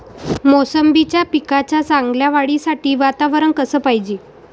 मोसंबीच्या पिकाच्या चांगल्या वाढीसाठी वातावरन कस पायजे?